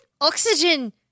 oxygen